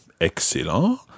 excellent